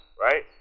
right